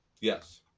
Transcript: Yes